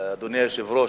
אדוני היושב-ראש,